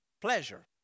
Pleasure